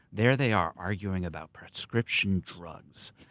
there they are, arguing about prescription drugs.